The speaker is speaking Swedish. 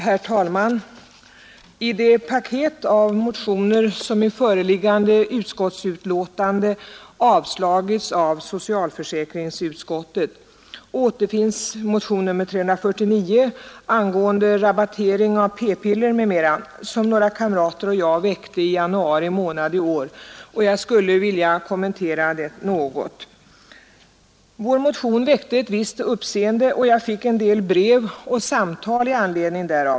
Herr talman! I det paket av motioner som i föreliggande utskottsbetänkande avstyrkts av socialförsäkringsutskottet återfinns motion nr 349 angående rabattering av p-piller som några av mina partikamrater och jag väckte i januari månad i år, och jag skulle vilja kommentera detta något. Vår motion väckte visst uppseende, och jag fick en del brev och samtal i anledning därav.